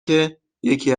که، یکی